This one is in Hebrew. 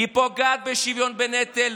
היא פוגעת בשוויון בנטל,